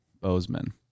Bozeman